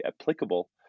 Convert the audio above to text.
applicable